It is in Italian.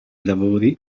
lavori